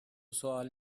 سوال